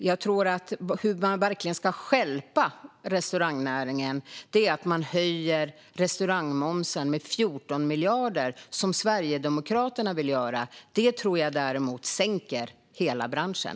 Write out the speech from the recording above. Jag tror att man verkligen stjälper restaurangnäringen om man höjer restaurangmomsen med 14 miljarder, som Sverigedemokraterna vill göra. Det tror jag sänker hela branschen.